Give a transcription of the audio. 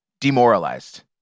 demoralized